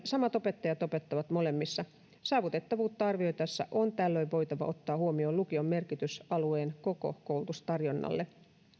samat opettajat opettavat molemmissa saavutettavuutta arvioitaessa on tällöin voitava ottaa huomioon lukion merkitys alueen koko koulutustarjonnalle